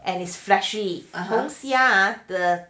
and is fleshy or 红霞 ah